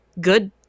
good